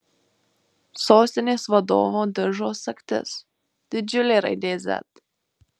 sostinės vadovo diržo sagtis didžiulė raidė z